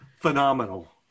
phenomenal